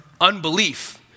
unbelief